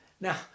Now